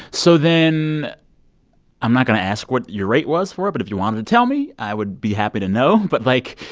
so then i'm not going to ask what your rate was for it. but if you wanted to tell me, i would be happy to know. but like,